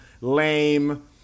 lame